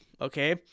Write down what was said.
okay